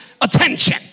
attention